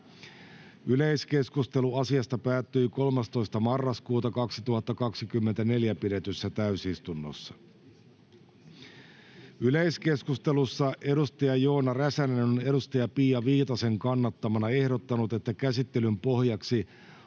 Yleiskeskustelu asiasta päättyi 14.11.2024 pidetyssä täysistunnossa. Yleiskeskustelussa edustaja Eemeli Peltonen on edustaja Joona Räsäsen kannattamana ehdottanut, että käsittelyn pohjaksi